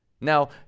Now